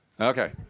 Okay